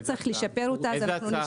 אם צריך לשפר אותה, נשפר.